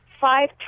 five